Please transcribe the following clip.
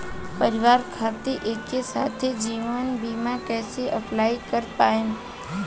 परिवार खातिर एके साथे जीवन बीमा कैसे अप्लाई कर पाएम?